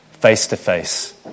face-to-face